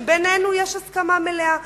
שבינינו יש עליהם הסכמה מלאה,